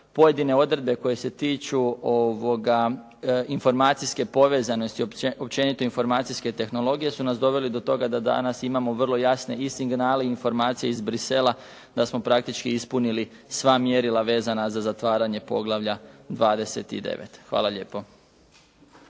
pojedine odredbe koje se tiču informacijske povezanosti, općenito informacijske tehnologije su nas doveli do toga da danas imamo vrlo jasne i signale i informacije iz Bruxellesa da smo praktički ispunili sva mjerila vezana za zatvaranje poglavlja 29. Hvala lijepo.